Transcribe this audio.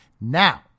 Now